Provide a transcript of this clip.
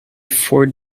four